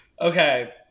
Okay